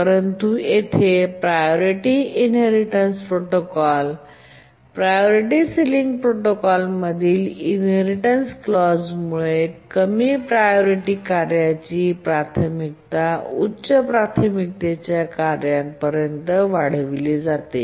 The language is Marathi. परंतु येथे priority inheritance protocol priority ceiling protocol मधील इनहेरिटेन्स क्लॉज मुळे कमी प्रायोरिटी कार्याची प्राथमिकता उच्च प्राथमिकतेच्या कार्यामध्ये वाढवली जाते